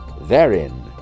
Therein